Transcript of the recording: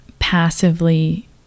passively